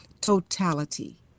totality